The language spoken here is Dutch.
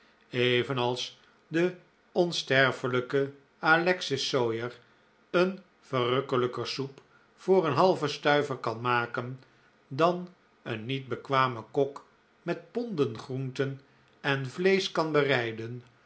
evenals de onsterfelijke alexis soyer een verrukkelijker soep voor een halven stuiver kan maken dan een niet bekwame kok met ponden groenten en vleesch kan bereiden